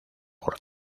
por